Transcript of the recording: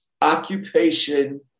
occupation